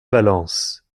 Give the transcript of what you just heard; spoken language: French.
valence